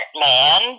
man